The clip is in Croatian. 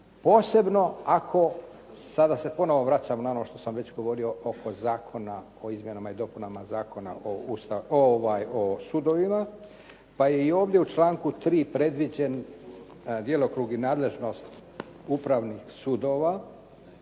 Posebno ako, sada se ponovno vraćam na ono što sam već govorio oko Zakona o izmjenama i dopunama Zakona o sudovima, pa je i ovdje u članku 3. predviđen djelokrug i nadležnost upravnih sudova.